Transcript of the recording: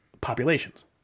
populations